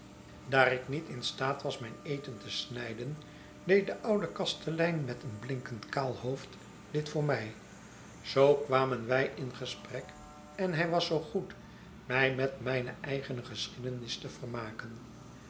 daar ik niet in staat was mijn eten te snijden deed de oude kastelein met een blinkend kaal hoofd dit voor my zoo kwamen wij in gesprek en hij was zoo goed mij met mijne eigene geschiedenis te vermaken